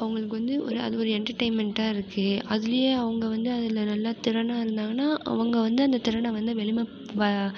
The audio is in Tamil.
அவங்களுக்கு வந்து ஒரு அது ஒரு என்டர்டெய்ன்மண்ட்டாக இருக்குது அதிலியே அவங்க வந்து அதில் நல்லா திறனாக இருந்தாங்கனால் அவங்க வந்து அந்த திறனை வந்து வெளிம